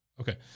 okay